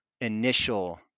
initial